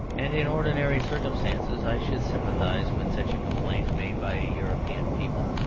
and, in ordinary circumstances, i should sympathise with such a complaint made by a european people.